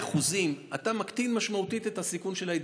אחוזים אתה מקטין משמעותית את הסיכון של ההידבקות,